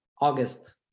August